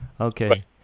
okay